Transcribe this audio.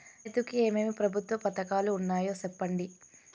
రైతుకు ఏమేమి ప్రభుత్వ పథకాలు ఉన్నాయో సెప్పండి?